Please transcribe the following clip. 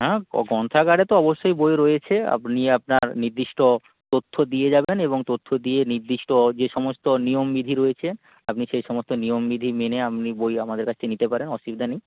হ্যাঁ গ্রন্থাগারে তো অবশ্যই বই রয়েছে আপনি আপনার নির্দিষ্ট তথ্য দিয়ে যাবেন এবং তথ্য দিয়ে নির্দিষ্ট যে সমস্ত নিয়ম বিধি রয়েছে আপনি সেই সমস্ত নিয়ম বিধি মেনে আপনি বই আমাদের কাছ থেকে নিতে পারেন অসুবিধা নেই